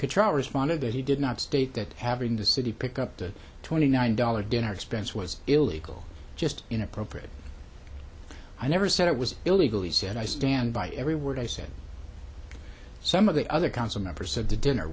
contro responded that he did not state that having the city pick up the twenty nine dollars dinner expense was illegal just inappropriate i never said it was illegal he said i stand by every word i said some of the other council members of the dinner